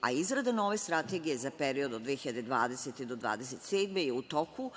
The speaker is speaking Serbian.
a izrada nove strategije za period od 2020. do 2027. godine je u toku